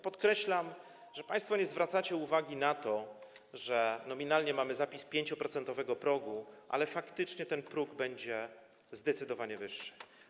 Podkreślam, że państwo nie zwracacie uwagi na to, że mamy nominalny zapis 5-procentowego progu, ale faktycznie ten próg będzie zdecydowanie wyższy.